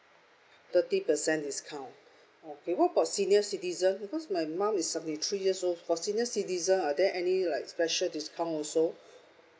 thirty percent discount okay what about senior citizen because my mom is seventy three years old for senior citizens are there any like special discount also